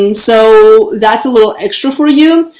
and so that's a little extra for you.